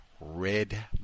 red